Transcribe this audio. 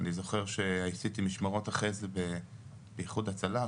אני זוכר שעשיתי משמרות אחרי זה באיחוד הצלה,